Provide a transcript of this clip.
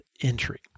entry